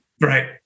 Right